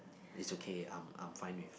it's ok I'm I'm fine with